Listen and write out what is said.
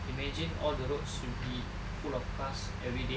imagine all the roads will be full of cars everyday